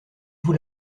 vous